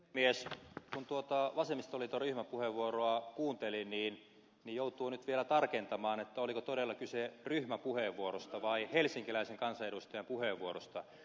kun tuota vasemmistoliiton ryhmäpuheenvuoroa kuunteli niin joutuu nyt vielä tarkentamaan oliko todella kyse ryhmäpuheenvuorosta vai helsinkiläisen kansanedustajan puheenvuorosta